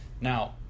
Now